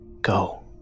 go